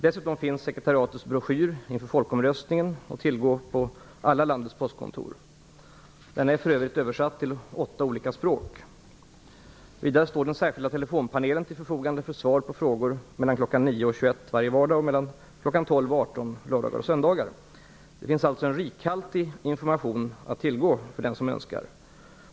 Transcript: Dessutom finns sekretariatets broschyr inför folkomröstningen att tillgå på landets alla postkontor. Denna är för övrigt översatt till åtta olika språk. Vidare står den särskilda telefonpanelen till förfogande för svar på frågor mellan kl. 9 och kl. 21 varje vardag och mellan kl. 12 Det finns alltså en rikhaltig information att tillgå för dem som så önskar.